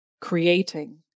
creating